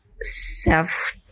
self